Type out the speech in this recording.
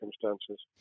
circumstances